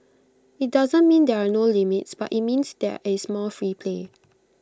IT doesn't mean there are no limits but IT means there is more free play